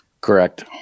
Correct